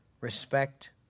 respect